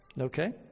Okay